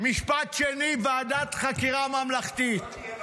משפט שני: "ועדת חקירה ממלכתית".